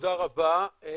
תודה רבה.